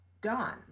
done